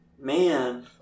Man